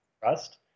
trust